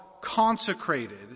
consecrated